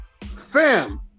Fam